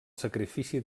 sacrifici